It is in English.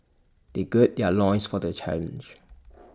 they gird their loins for the challenge